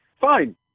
fine